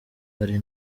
hari